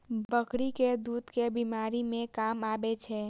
बकरी केँ दुध केँ बीमारी मे काम आबै छै?